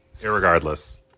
irregardless